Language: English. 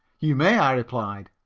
you may, i replied.